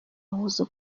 усӑ